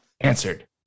answered